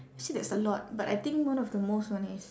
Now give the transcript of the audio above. see there's a lot but I think one of the most one is